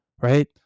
right